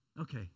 Okay